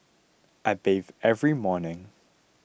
I bathe every morning